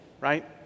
right